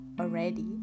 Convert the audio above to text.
already